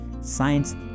Science